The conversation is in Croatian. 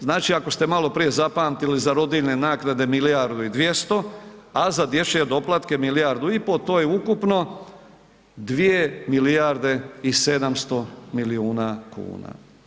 Znači, ako ste maloprije zapamtili za rodiljne naknade milijardu i 200, a za dječje doplatke milijardu i po, to je ukupno 2 milijarde i 700 milijuna kuna.